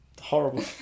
horrible